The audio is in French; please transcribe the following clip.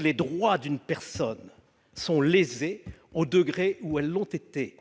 les droits d'une personne sont lésés au degré où elles l'ont été